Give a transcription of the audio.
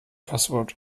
passwort